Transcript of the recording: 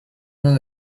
not